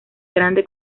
grande